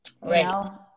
Right